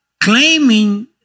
claiming